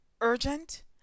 urgent